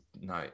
no